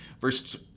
verse